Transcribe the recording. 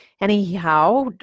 Anyhow